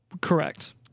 Correct